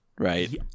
Right